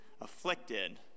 Afflicted